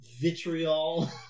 vitriol